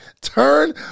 Turn